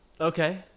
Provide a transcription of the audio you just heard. Okay